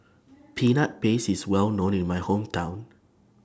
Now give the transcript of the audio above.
Peanut Paste IS Well known in My Hometown